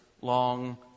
long